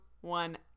one